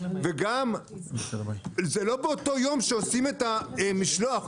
וגם זה לא באותו יום שעושים את המשלוח.